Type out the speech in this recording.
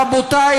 רבותי,